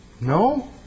No